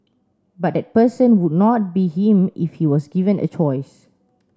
but that person would not be him if he was given a choice